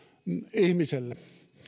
ihmiselle